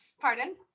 Pardon